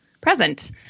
present